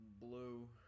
blue